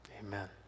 Amen